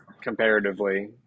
comparatively